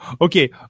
Okay